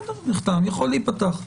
יכול להיפתח.